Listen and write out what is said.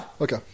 Okay